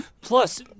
plus